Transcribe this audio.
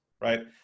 right